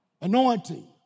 anointing